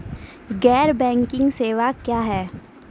गैर बैंकिंग सेवा क्या हैं?